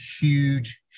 huge